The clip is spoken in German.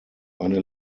eine